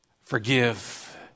forgive